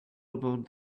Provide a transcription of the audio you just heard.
about